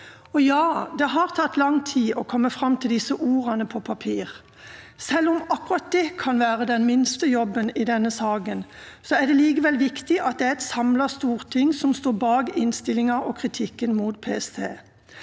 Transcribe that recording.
Ja, det har tatt lang tid å komme fram til disse ordene på papir. Selv om akkurat det kan være den minste jobben i denne saken, er det likevel viktig at det er et samlet storting som står bak innstillingen og kritikken mot PST.